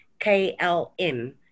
KLM